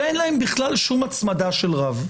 שאין להם בכלל שום הצמדה של רב,